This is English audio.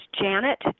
janet